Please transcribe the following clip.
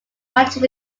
managed